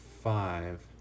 five